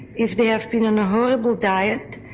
if they have been on a horrible diet,